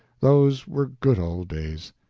those were good old days.